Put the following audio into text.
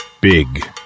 Big